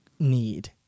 need